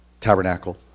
tabernacle